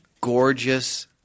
gorgeous